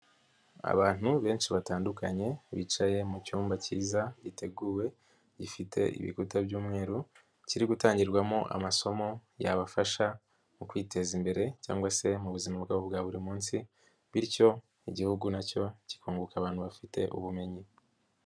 Abantu benshi batandukanye bicaye mu cyumba cyiza, giteguwe gifite ibikuta by'umweru kiri gutangirwamo amasomo yabafasha mu kwiteza imbere cyangwa se mu buzima bwabo bwa buri munsi, bityo Igihugu nacyo kikunguka abantu bafite ubumenyi.